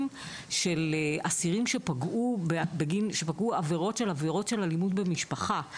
של אסירים שעברו עבירות של אלימות במשפחה.